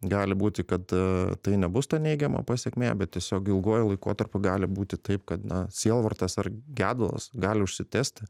gali būti kad tai nebus ta neigiama pasekmė bet tiesiog ilguoju laikotarpiu gali būti taip kad na sielvartas ar gedulas gali užsitęsti